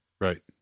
Right